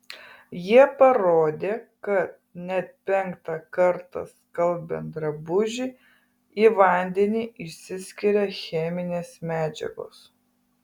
jie parodė kad net penktą kartą skalbiant drabužį į vandenį išsiskiria cheminės medžiagos